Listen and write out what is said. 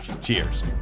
Cheers